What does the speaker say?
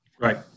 Right